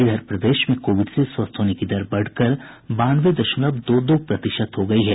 इधर प्रदेश में कोविड से स्वस्थ होने की दर बढ़कर बानवे दशमलव दो दो प्रतिशत हो गयी है